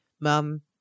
Mum